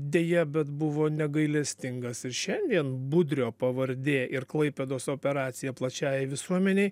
deja bet buvo negailestingas ir šiandien budrio pavardė ir klaipėdos operacija plačiai visuomenei